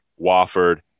Wofford